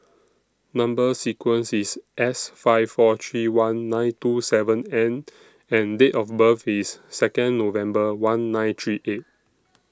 Number sequence IS S five four three one nine two seven N and Date of birth IS Second November one nine three eight